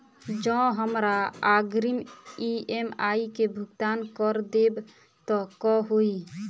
जँ हमरा अग्रिम ई.एम.आई केँ भुगतान करऽ देब तऽ कऽ होइ?